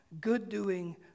good-doing